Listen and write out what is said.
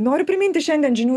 noriu priminti šiandien žinių